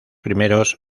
primeros